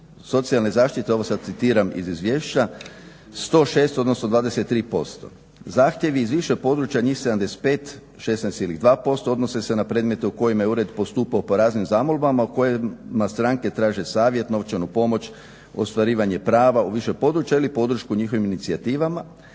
socijalne zaštite, ovo sad citiram iz izvješća, 106, odnosno 23%. Zahtjevi iz više područja njih 75, 16,2% odnose se na predmete u kojima je ured postupao po raznim zamolbama u kojima stranke traže savjet, novčanu pomoć, ostvarivanje prava u više područja ili podršku njihovim inicijativama,